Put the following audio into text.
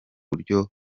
buryo